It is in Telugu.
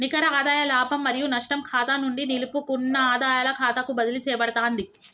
నికర ఆదాయ లాభం మరియు నష్టం ఖాతా నుండి నిలుపుకున్న ఆదాయాల ఖాతాకు బదిలీ చేయబడతాంది